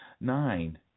nine